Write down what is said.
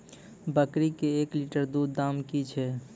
बकरी के एक लिटर दूध दाम कि छ?